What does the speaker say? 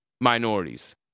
minorities